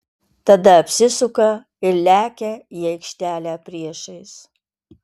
tada apsisuka ir lekia į aikštelę priešais